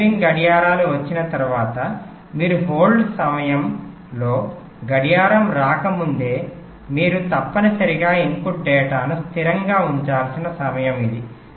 driving గడియారాలువచ్చిన తరువాత మీరు హోల్డ్ సమయం లో గడియారం రాకముందే మీరు తప్పనిసరిగా ఇన్పుట్ డేటాను స్థిరంగా ఉంచాల్సిన సమయం ఇది